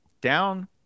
down